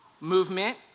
movement